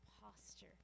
posture